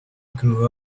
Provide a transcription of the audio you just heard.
grew